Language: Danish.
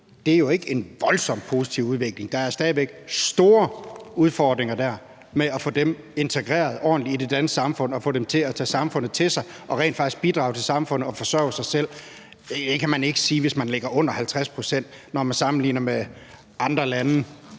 Det er jo ikke en »voldsomt positiv« udvikling. Der er stadig væk store udfordringer med at få dem integreret ordentligt i det danske samfund og få dem til at tage samfundet til sig og rent faktisk bidrage til samfundet og forsørge sig selv. Det kan man ikke sige, hvis man ligger under 50 pct., når man sammenligner sig med andre lande,